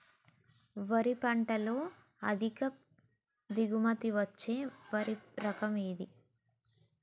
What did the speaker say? వరి పంట లో అధిక దిగుబడి ఇచ్చే వరి రకం ఏది?